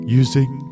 using